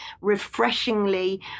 refreshingly